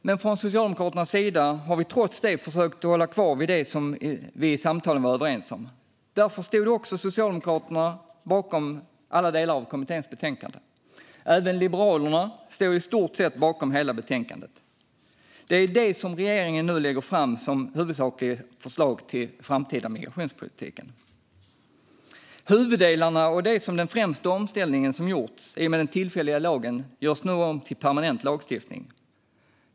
Men från Socialdemokraternas sida har vi trots det försökt hålla kvar vid det som vi i samtalen var överens om. Därför stod också Socialdemokraterna bakom alla delar av kommitténs betänkande. Även Liberalerna stod i stort sett bakom hela betänkandet. Det är det som regeringen nu lägger fram som huvudsakligt förslag till den framtida migrationspolitiken. Huvuddelarna och det som är den främsta omställning som gjorts i och med den tillfälliga lagen görs nu om till en permanent lagstiftning.